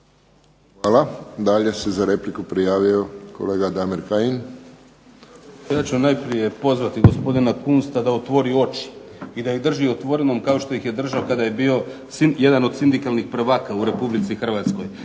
Hvala. Dalje se za repliku prijavio kolega Damir Kajin.